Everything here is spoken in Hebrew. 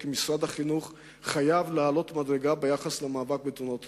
כי משרד החינוך חייב להעלות מדרגה במאבק בתאונות הדרכים.